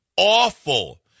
awful